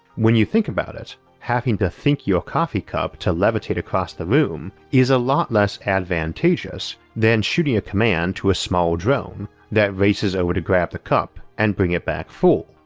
when you think about it, having to think your coffee cup to levitate across the room is a lot less advantageous than shooting a command to a small drone that races over to grab the cup and bring it back full.